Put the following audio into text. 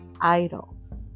idols